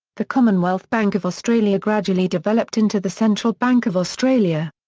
the commonwealth bank of australia gradually developed into the central bank of australia.